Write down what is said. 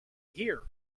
hear